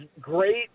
great